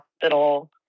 hospital